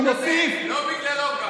גם לא בגללו.